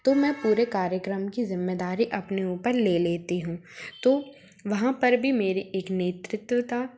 तो मैं पूरे कार्यक्रम की जिम्मेदारी अपने ऊपर ले लेती हूँ तो वहाँ पर भी मेरी एक नेतृत्वता